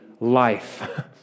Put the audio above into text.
life